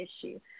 issue